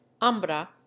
ambra